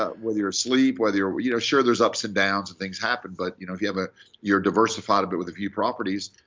ah whether you're asleep, whether you're you know sure, there's ups and downs. and things happen. but you know if you have a you're diversified a bit with a few properties,